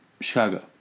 Chicago